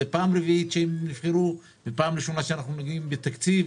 זו פעם רביעית שהם נבחרו ופעם ראשונה שאנחנו מגיעים לתקציב.